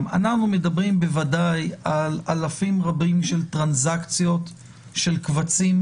אבל אנחנו מדברים בוודאי על אלפים רבים של טרנזקציות של קבצים,